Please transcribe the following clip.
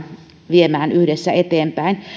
viemään yhdessä eteenpäin